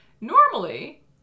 normally